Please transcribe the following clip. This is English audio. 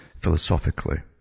philosophically